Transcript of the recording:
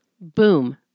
Boom